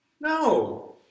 No